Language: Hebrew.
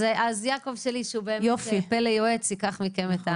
יעקב, שהוא פלא-יועץ, ייקח מכם.